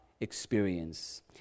experience